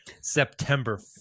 September